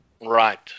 Right